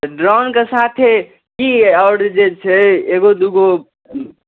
तऽ ड्रोनके साथे की आओर जे छै एगो दूगो